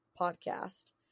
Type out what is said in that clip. podcast